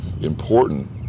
important